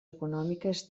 econòmiques